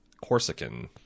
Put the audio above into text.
Corsican